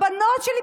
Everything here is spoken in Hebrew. בואו תנסו אותנו.